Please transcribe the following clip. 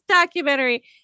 documentary